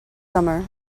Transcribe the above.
summer